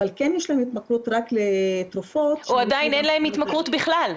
אבל כן יש להם התמכרות רק לתרופות --- או עדיין אין להם התמכרות בכלל.